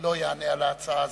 לא יענה על ההצעה הזאת?